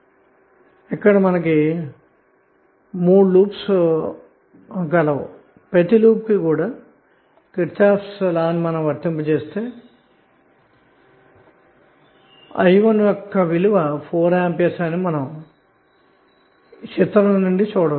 మనము గమనిస్తే ఇక్కడ 3 లూప్లు ఉన్నాయి ప్రతి ల్లూప్ కి గూడా KVL ని వర్తింపజేస్తే i1 యొక్క విలువ 4 A అని గమనించవచ్చు